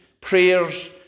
prayers